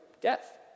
death